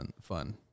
fun